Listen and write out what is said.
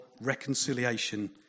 reconciliation